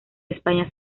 españa